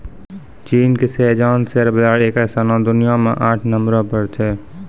चीन के Shenzhen share बाजार के स्थान दुनिया मे आठ नम्बरो पर छै